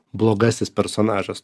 blogasis personažas